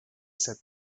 said